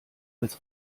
als